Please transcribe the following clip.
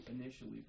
initially